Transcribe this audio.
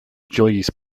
ĝojis